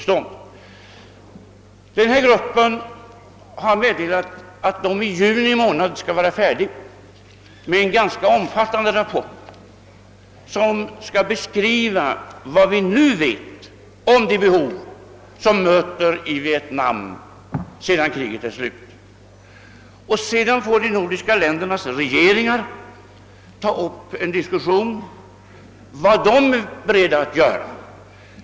Studiegruppen har meddelat att den i juni månad skall vara färdig med en ganska omfattande rapport, som skall beskriva vad vi nu vet om de behov som kommer att finnas i Vietnam när kriget är slut. Sedan får de nordiska ländernas regeringar ta upp en diskussion om vad de är beredda att göra.